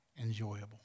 enjoyable